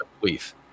belief